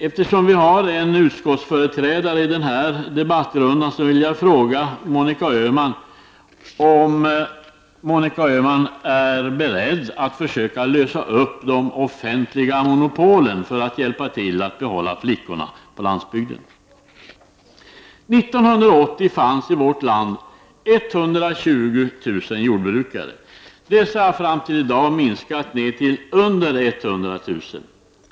Eftersom vi har en utskottsföreträdare i denna debattrunda, nämligen Monica Öhman, vill jag fråga henne om hon är beredd att försöka lösa upp de offentliga monopolen för att hjälpa till att behålla flickorna på landsbygden. År 1980 fanns i vårt land 120000 jordbrukare. Dessa har fram till i dag minskat till under 100000.